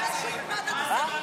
מה אתה מאמין להם?